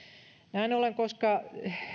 näin ollen koska